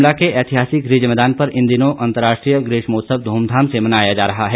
शिमला के ऐतिहासिक रिज मैदान पर इन दिनों अंतर्राष्ट्रीय ग्रीष्मोत्सव धूमधाम से मनाया जा रहा है